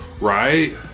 Right